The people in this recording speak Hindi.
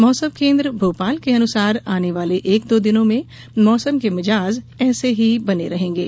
मौसम केन्द्र भोपाल के अनुसार आने वाले एक दो दिनों में मौसम के मिजाज ऐसे ही बने रहेंगे